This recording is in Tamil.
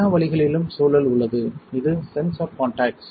எல்லா வழிகளிலும் சூழல் உள்ளது இது சென்சார் காண்டாக்ட்ஸ்